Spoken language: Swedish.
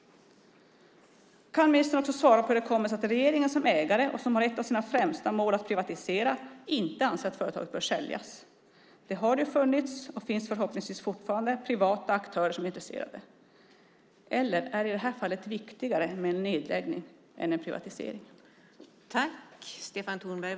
Kan ministern svara på hur det kommer sig att regeringen som ägare och som har som ett av sina främsta mål att privatisera inte anser att företaget bör säljas? Det har funnits, och finns förhoppningsvis fortfarande, privata aktörer som är intresserade. Eller är det i det här fallet viktigare med en nedläggning än en privatisering?